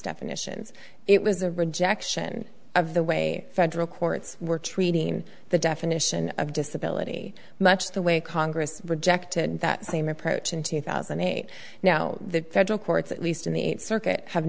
definitions it was a rejection of the way federal courts were treating the definition of disability much the way congress rejected that same approach in two thousand and eight now the federal courts at least in the eighth circuit have